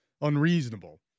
unreasonable